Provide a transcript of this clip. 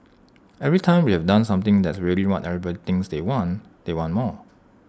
every time we have done something that's really what everybody thinks they want they want more